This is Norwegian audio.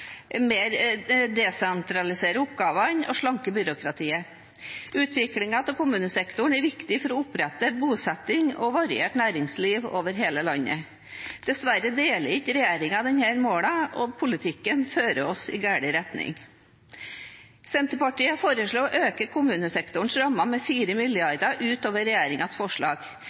og forenkler og slanker byråkratiet. Utviklingen av kommunesektoren er viktig for å opprettholde spredt bosetting og variert næringsliv over hele landet. Dessverre deler ikke regjeringen disse målene, og deres politikk fører utviklingen i feil retning. Senterpartiet foreslår å øke kommunesektorens rammer med 4 mrd. kr utover regjeringens forslag.